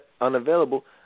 unavailable